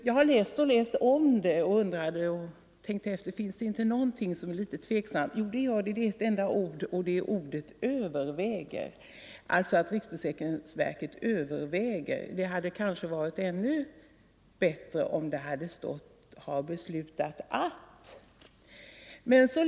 Jag har läst det och läst om det, undrat och tänkt efter om det inte finns någonting som är litet tveksamt. Och det gör det. Min tveksamhet gäller ett enda ord, nämligen ordet ”överväger”. Socialministern säger att riksförsäkringsverket överväger en ändrad utbetalningsrutin för tandtekniker. Det hade varit ännu bättre om det hade stått att riksförsäkringsverket har beslutat om en sådan ändrad utbetalningsrutin.